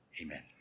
Amen